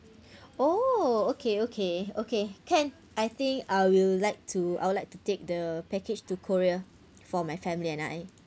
oh okay okay okay can I think I will like to I would like to take the package to korea for my family and I